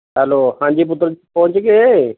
hello ਹਾਂਜੀ ਪੁੱਤਰ ਪਹੁੰਚ ਗਏ